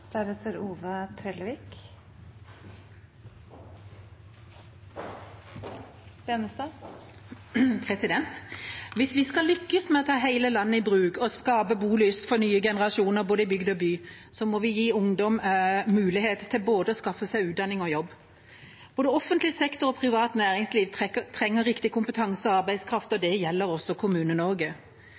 Hvis vi skal lykkes med å ta hele landet i bruk og skape bolyst for nye generasjoner, både i bygd og by, må vi gi ungdom mulighet til å skaffe seg både utdanning og jobb. Både offentlig sektor og privat næringsliv trenger riktig kompetanse og arbeidskraft, og det gjelder også